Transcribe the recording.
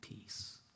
peace